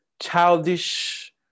childish